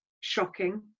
shocking